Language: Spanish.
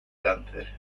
cáncer